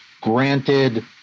Granted